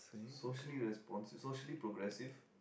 socially responsive socially progressive